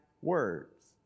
words